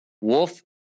Wolf